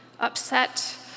upset